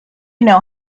know